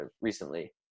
recently